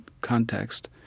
context